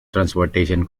transport